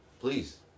please